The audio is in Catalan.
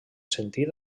sentit